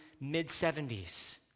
mid-70s